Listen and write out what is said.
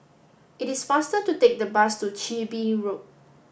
it is faster to take the bus to Chin Bee Road